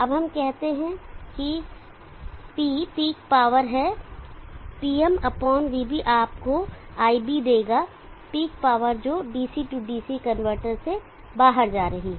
अब हम कहते हैं कि Pm पीक पावर है Pm vB आपको iB देगा पीक पावर जो DC DC कनवर्टर से बाहर जा रही है